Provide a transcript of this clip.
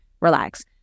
relax